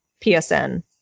PSN